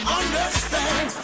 understand